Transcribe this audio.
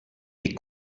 les